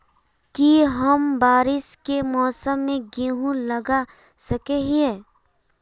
की हम बारिश के मौसम में गेंहू लगा सके हिए?